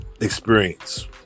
experience